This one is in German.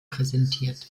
präsentiert